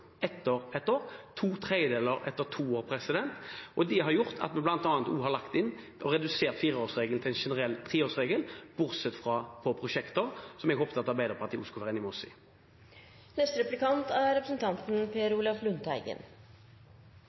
ett år og to tredjedeler etter to år. Det har gjort at vi bl.a. også har lagt inn å redusere fireårsregelen til en generell treårsregel, bortsett fra for prosjekter, som jeg håpte at Arbeiderpartiet også skulle være enig med oss i. Helligdagsfreden er